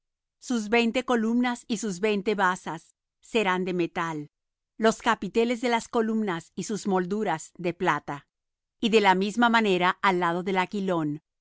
sus columnas veinte con sus veinte basas de metal los capiteles de las columnas y sus molduras de plata y á la parte del aquilón